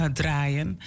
draaien